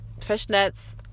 fishnets